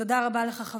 תודה רבה לך,